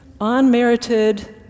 unmerited